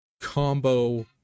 combo